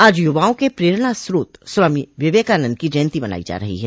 आज युवाओं के प्रेरणा स्रोत स्वामी विवेकानंद की जयंती मनाई जा रही है